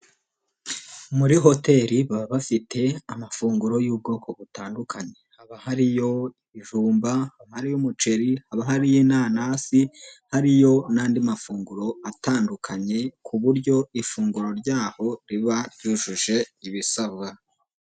Muri hoteri baba bafite amafunguro y'ubwoko butandukanye, haba hariyo ibijumba hari umuceri haba hari inanasi hariyo n'andi mafunguro atandukanye ku buryo ifunguro ryaho riba ryujuje ibisabwa.